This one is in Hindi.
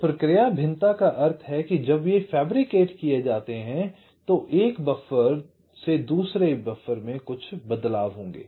तो प्रक्रिया भिन्नता का अर्थ है जब ये गढ़े जाते हैं तो एक बफर से दूसरे में कुछ बदलाव होंगे